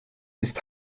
ist